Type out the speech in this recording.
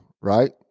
right